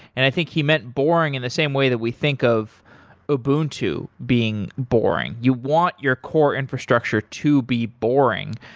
and i think he meant boring in the same way that we think of ubuntu being boring. you want your core infrastructure to be boring.